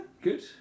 Good